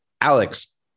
Alex